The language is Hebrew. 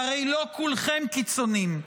שהרי לא כולכם קיצוניים,